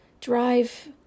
drive